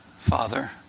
Father